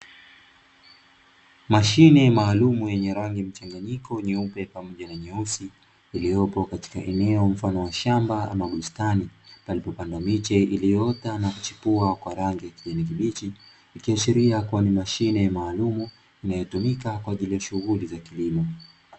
Mashine maalumu yenye rangi mchanganyiko nyeupe pamoja na nyeusi, iliyopo katika eneo mfano wa shamba ama bustani, palipopandwa miche iliyoota na kuchipua kwa rangi ya kijani kibichi. Ikiashiria kuwa ni mashine maalumu inayotumika kwa ajili ya shughuli za kilimo.